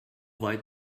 weit